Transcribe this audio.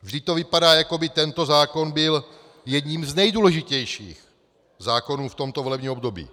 Vždyť to vypadá, jako by tento zákon byl jedním z nejdůležitějších zákonů v tomto volebním období.